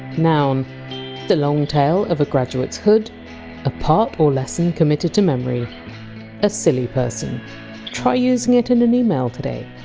the long tail of a graduate! s hood a part or lesson committed to memory a silly person try using it in an email today